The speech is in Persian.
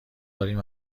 داریم